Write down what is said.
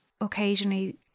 occasionally